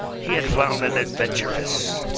he had found an adventuress.